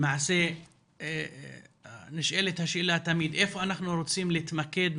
למעשה נשאלת השאלה תמיד איפה אנחנו רוצים להתמקד,